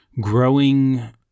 growing